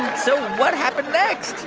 so what happened next?